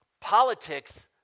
politics